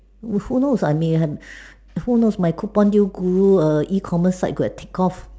who knows I may have who knows my coupon due guru err ecommerce site could have take off